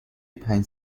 پنج